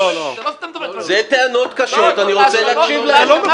אלה טענות קשות, אני רוצה להקשיב להן.